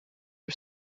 are